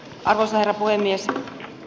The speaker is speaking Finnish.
arvoisa herra puhemies